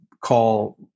call